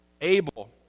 Abel